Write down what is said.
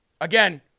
Again